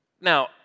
Now